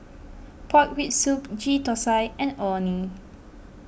Pork Rib Soup Ghee Thosai and Orh Nee